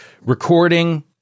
recording